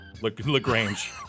LaGrange